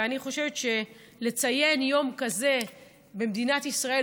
ואני חושבת שלציין יום כזה במדינת ישראל,